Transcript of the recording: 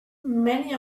many